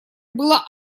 было